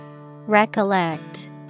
Recollect